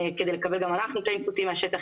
כדי לקבל גם אנחנו את ה"אינפוטים" מהשטח,